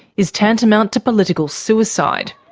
is tantamount to political suicide.